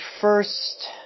first